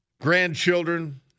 grandchildren